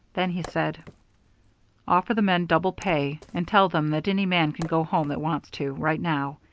then he said offer the men double pay, and tell them that any man can go home that wants to, right now,